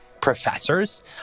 professors